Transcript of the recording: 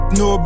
no